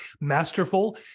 masterful